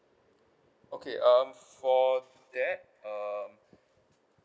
okay um for that um